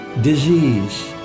Disease